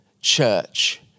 church